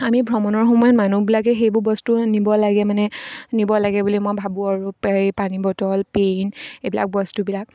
আমি ভ্ৰমণৰ সময়ত মানুহবিলাকে সেইবোৰ বস্তু নিব লাগে মানে নিব লাগে বুলি মই ভাবোঁ আৰু এই পানী বটল পেন এইবিলাক বস্তুবিলাক